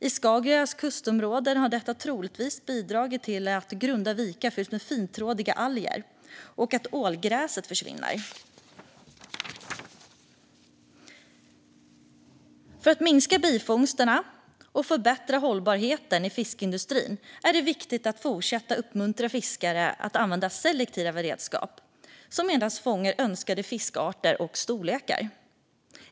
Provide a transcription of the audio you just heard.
I Skagerraks kustområden har det troligtvis bidragit till att grunda vikar fylls av fintrådiga alger och att ålgräset försvinner. För att minska bifångsterna och förbättra hållbarheten i fiskeindustrin är det viktigt att fortsätta uppmuntra fiskare att använda selektiva redskap, som endast fångar önskade fiskarter och storlekar.